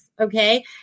Okay